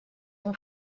son